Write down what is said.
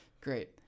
great